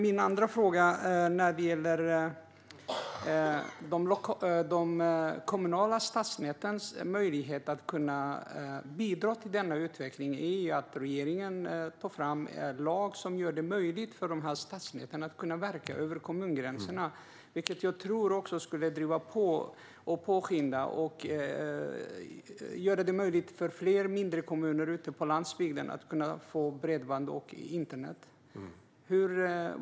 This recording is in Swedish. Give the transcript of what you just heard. För att de kommunala stadsnäten ska ha möjlighet att bidra till denna utveckling måste regeringen ta fram en lag som gör det möjligt för dessa stadsnät att verka över kommungränserna. Det tror jag skulle påskynda och göra det möjligt för fler mindre kommuner ute på landsbygden att få bredband och internet.